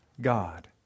God